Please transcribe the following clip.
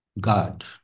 god